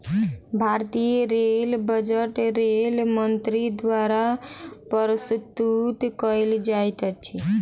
भारतीय rail budget rail मंत्री द्वारा प्रस्तुत कयल जाइत अछि